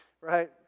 Right